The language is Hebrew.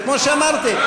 וכמו שאמרתי,